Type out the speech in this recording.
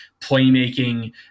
playmaking